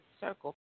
circle